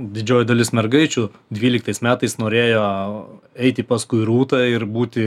didžioji dalis mergaičių dvyliktais metais norėjo eiti paskui rūtą ir būti